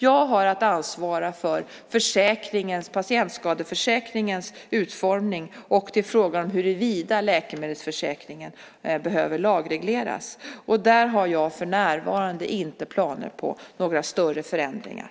Jag har att ansvara för patientskadeförsäkringens utformning. Det är fråga om huruvida läkemedelsförsäkringen behöver lagregleras. Där har jag för närvarande inga planer på några större förändringar.